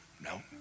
no